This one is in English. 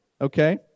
Okay